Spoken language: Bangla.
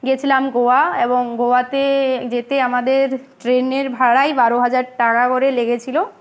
গেছিলাম গোয়া এবং গোয়াতে যেতে আমাদের ট্রেনের ভাড়াই বারো হাজার টাকা করে লেগেছিলো